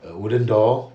a wooden door